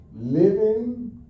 living